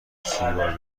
سیگار